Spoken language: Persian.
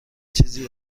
چیزی